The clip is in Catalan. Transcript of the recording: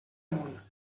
amunt